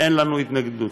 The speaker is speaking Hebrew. אין לנו התנגדות.